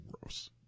gross